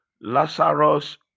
lazarus